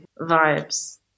vibes